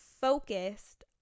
focused